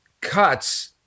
cuts